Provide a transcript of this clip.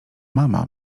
mama